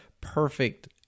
perfect